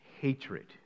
hatred